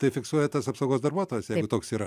tai fiksuoja tas apsaugos darbuotojas jeigu toks yra